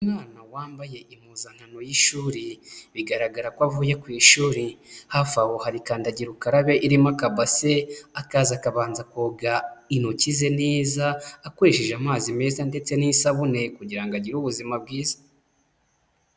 Umwana wambaye impuzankano y'ishuri, bigaragara ko avuye ku ishuri, hafi aho hari kandagira ukarabe irimo akabase, akaza akabanza akoga intoki ze neza, akoresheje amazi meza ndetse n'isabune kugira ngo agire ubuzima bwiza.